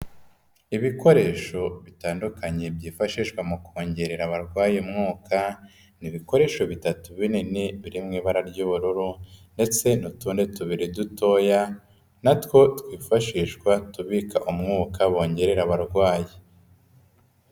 Ibikoresho bitandukanye byifashishwa mu kongerera abarwayi umwuka, ni ibikoresho bitatu binini biri mu ibara ry'ubururu ndetse n'utundi tubiri dutoya na two twifashishwa tubika umwuka bongerera abarwayi.